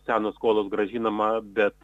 senos skolos grąžinama bet